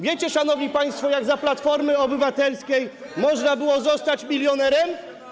Wiecie, szanowni państwo, jak za Platformy Obywatelskiej można było zostać milionerem?